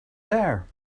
there